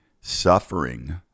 suffering